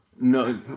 No